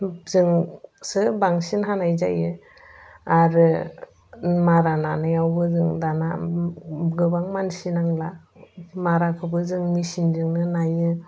जोंसो बांसिन हानाय जायो आरो मारा नानायावबो जों दाना गोबां मानसि नांला माराखौबो जों मेसिनजोंनो नायो